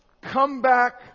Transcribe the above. comeback